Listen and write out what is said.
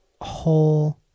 whole